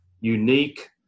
unique